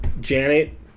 Janet